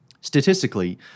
statistically